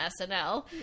SNL